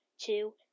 two